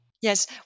Yes